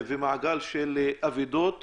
של אבדות